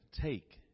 Take